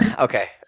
Okay